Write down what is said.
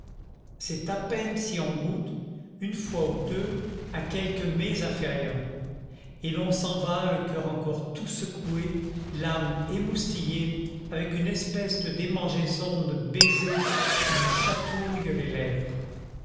c'est à peine si on goûte une fois ou deux à quelques mets inférieurs et l'on s'en va le coeur encore tout secoué l'âme émoustillée avec une espèce de démangeaison de baisers qui vous chatouillent les lèvres